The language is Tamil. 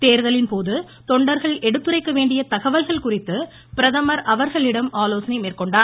தேர்தலின்போது தொண்டர்கள் எடுத்துரைக்க வேண்டிய தகவல்கள் குறித்து பிரதமர் அவர்களிடம் ஆலோசனை மேற்கொண்டார்